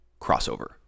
crossover